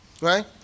Right